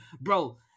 bro